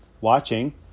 watching